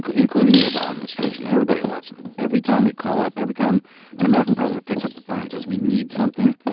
including the obama administration. everybody loves him, every time we call up. every time an american president picks up the phone and says we need something,